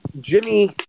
Jimmy